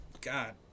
God